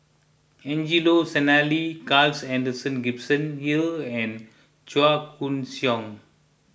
Angelo Sanelli Carl Alexander Gibson Hill and Chua Koon Siong